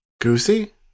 Goosey